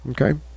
Okay